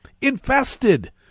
infested